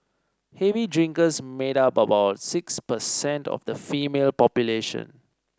heavy drinkers made up about six percent of the female population